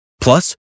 Plus